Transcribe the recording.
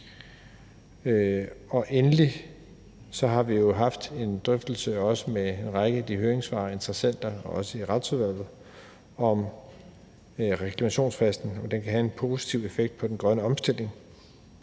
en drøftelse i forbindelse med en række af høringssvarene og interessenterne, og også i Retsudvalget, om reklamationsfristen, altså om den kan have en positiv effekt på den grønne omstilling,